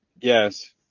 yes